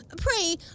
Pray